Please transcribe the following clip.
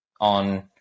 on